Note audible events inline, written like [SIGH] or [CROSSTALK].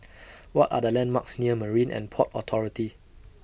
[NOISE] What Are The landmarks near Marine and Port Authority